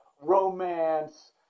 romance